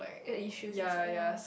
uh issues and stuff ya